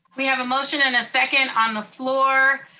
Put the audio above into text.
we have a motion and a second on the floor.